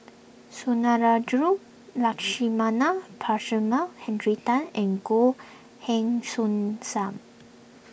Sundarajulu Lakshmana Perumal Henry Tan and Goh Heng Soon Sam